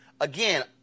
again